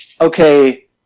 okay